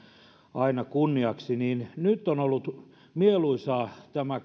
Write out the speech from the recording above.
aina kunniaksi niin nyt on ollut mieluisaa tämä